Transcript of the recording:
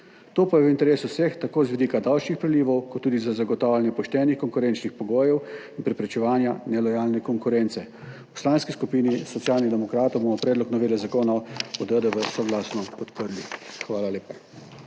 To pa je v interesu vseh, tako z vidika davčnih prilivov kot tudi za zagotavljanje poštenih konkurenčnih pogojev in preprečevanje nelojalne konkurence. V Poslanski skupini Socialnih demokratov bomo predlog novele zakona o DDV soglasno podprli. Hvala lepa.